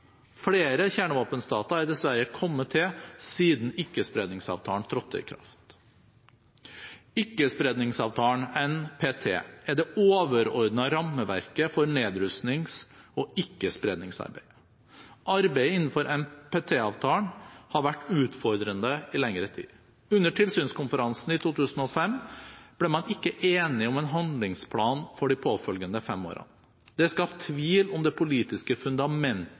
Flere kjernevåpenstater er dessverre kommet til siden Ikkespredningsavtalen trådte i kraft. Ikkespredningsavtalen NPT er det overordnede rammeverket for nedrustnings- og ikkespredningsarbeidet. Arbeidet innenfor NPT-avtalen har vært utfordrende i lengre tid. Under tilsynskonferansen i 2005 ble man ikke enige om en handlingsplan for de påfølgende fem årene. Det er skapt tvil om det politiske